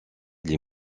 les